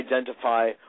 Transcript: identify